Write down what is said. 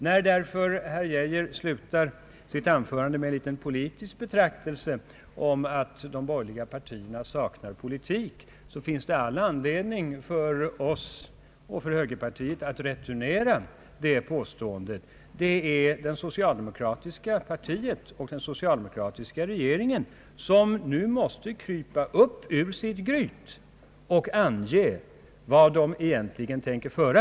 När därför herr Geijer slutar sitt anförande med en liten politisk betraktelse om att de borgerliga partierna »saknar politik», så finns det all anledning för högerpartiet att returnera "påståendet. Det är socialdemokratiska partiet och den socialdemokratiska regeringen, som nu måste krypa upp ur sitt gryt och ange vilken politik man egentligen tänker föra.